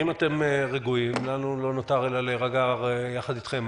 אם אתם רגועים, לנו לא נותר אלא להירגע יחד אתכם.